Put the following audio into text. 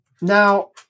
Now